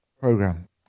program